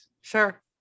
Sure